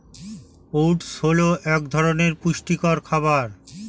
oats হল এক ধরনের পুষ্টিকর খাবার